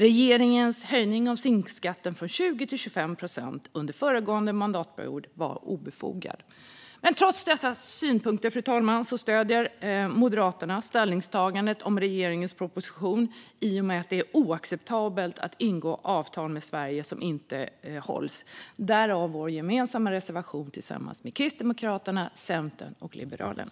Regeringens höjning av SINK-skatten från 20 procent till 25 procent under föregående mandatperiod var obefogad. Fru talman! Trots dessa synpunkter stöder Moderaterna ställningstagandet om regeringens proposition. Det är oacceptabelt att ingå avtal med Sverige som sedan inte hålls, därav vår gemensamma reservation tillsammans med Kristdemokraterna, Centerpartiet och Liberalerna.